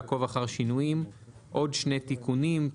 בעקוב אחרי שינויים עוד שני תיקונים,